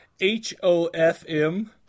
H-O-F-M –